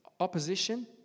Opposition